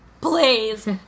please